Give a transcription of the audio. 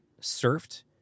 surfed